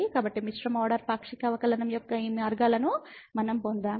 కాబట్టి మిశ్రమ ఆర్డర్ పాక్షిక అవకలనం యొక్క ఈ మార్గాలను మనం పొందాము